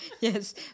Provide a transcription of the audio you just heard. Yes